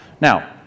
Now